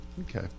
okay